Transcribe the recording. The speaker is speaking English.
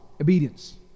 obedience